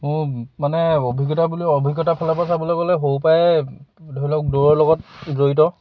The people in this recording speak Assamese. মোৰ মানে অভিজ্ঞতা বুলি অভিজ্ঞতা ফালৰ পৰা চাবলৈ গ'লে সৰু পায়ে ধৰি লওক দৌৰৰ লগত জড়িত